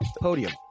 Podium